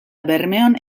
bermeon